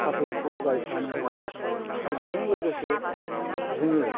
फाथैखौ गायफानो हायो आरो बेजों लोगोसे जोङो